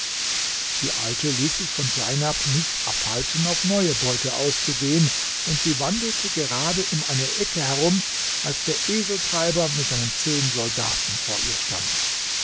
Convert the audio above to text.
die alte ließ sich von seinab nicht abhalten auf neue beute auszugehen und sie wandelte gerade um eine ecke herum als der eseltreiber mit seinen zehn soldaten vor ihr stand